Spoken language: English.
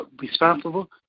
responsible